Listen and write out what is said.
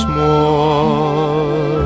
more